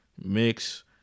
mix